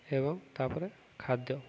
ଏବଂ ତାପରେ ଖାଦ୍ୟ